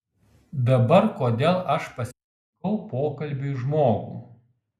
dabar kodėl aš pasirinkau pokalbiui žmogų